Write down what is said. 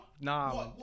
nah